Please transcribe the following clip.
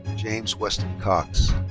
james weston cox.